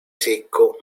secco